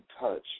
touch